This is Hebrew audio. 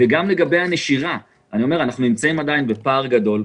גם לגבי הנשירה אנחנו נמצאים עדיין בפער גדול.